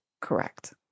Correct